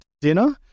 dinner